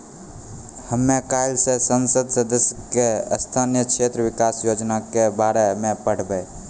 हमे काइल से संसद सदस्य के स्थानीय क्षेत्र विकास योजना के बारे मे पढ़बै